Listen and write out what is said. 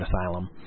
Asylum